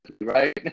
right